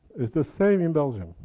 it's the same in belgium,